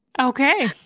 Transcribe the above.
Okay